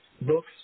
Books